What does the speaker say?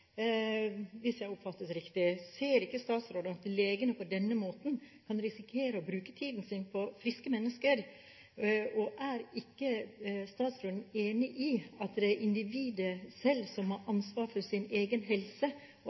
hvis jeg oppfattet det riktig. Ser ikke statsråden at legene på denne måten kan risikere å bruke tiden sin på friske mennesker? Og er ikke statsråden enig i at det er individet selv som har ansvar for sin egen helse, og